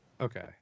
Okay